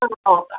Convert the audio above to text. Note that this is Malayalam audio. ആ നോക്കാം